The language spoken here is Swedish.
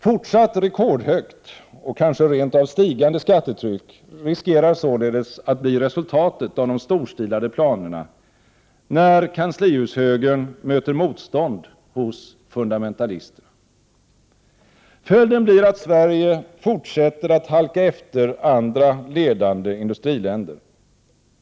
Fortsatt rekordhögt och kanske rent av stigande skattetryck riskerar således att bli resultatet av de storstilade planerna, när kanslihushögern möter motstånd hos fundamentalisterna. Följden blir att Sverige fortsätter att halka efter andra ledande industriländer.